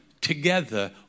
together